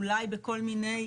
אולי בכל מיני,